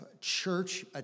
church